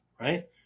right